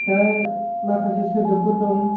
दा माखासे सोदोबफोर दं